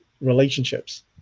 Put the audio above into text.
relationships